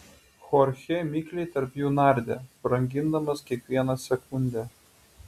chorchė mikliai tarp jų nardė brangindamas kiekvieną sekundę